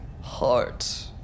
heart